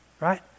Right